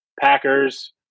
Packers